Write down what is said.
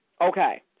Okay